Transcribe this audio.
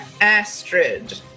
Astrid